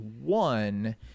One